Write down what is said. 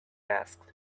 asked